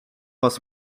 was